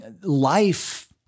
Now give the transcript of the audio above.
life